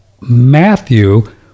Matthew